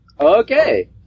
okay